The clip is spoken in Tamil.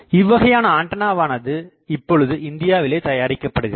இவ்வகையான ஆண்டனாவானது இப்பொழுது இந்தியாவிலேயே தயாரிக்கப்படுகிறது